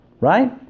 right